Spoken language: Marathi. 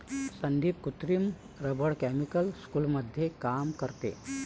संदीप कृत्रिम रबर केमिकल स्कूलमध्ये काम करते